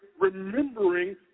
remembering